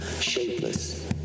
shapeless